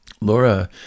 Laura